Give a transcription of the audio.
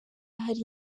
hari